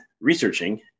researching